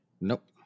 Nope